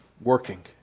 working